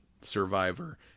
survivor